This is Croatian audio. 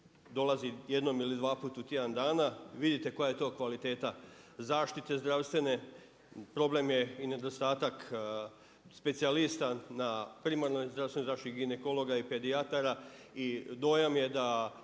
dolazi jednom ili dvaput u tjedan dana, vidite koja je to kvaliteta zaštite zdravstvene. Problem je i nedostatak specijalista na primarnoj zdravstvenoj zaštiti, ginekologa i pedijatara, i dojam je da,